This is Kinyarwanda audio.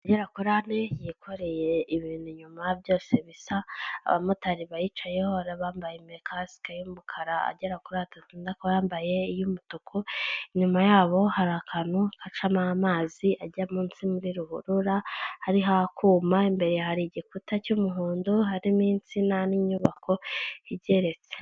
Ya korale yikoreye ibintu inyuma byose bisa, abamotari bayicayeho hari abambaye amakasike y'umukara agera kuri atatu, undi akaba yambaye iy'umutuku; inyuma yabo hari akantu gacamo amazi ajya munsi muri ruhurura hariho akuma, imbere hari igikuta cy'umuhondo, harimo insina n'inyubako igeretse.